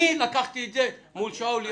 אני הרמתי את זה מול שאול.